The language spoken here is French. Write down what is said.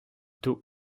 tôt